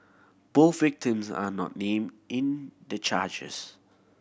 both victims are not named in the charges